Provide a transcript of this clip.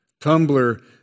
Tumblr